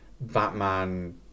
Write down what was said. Batman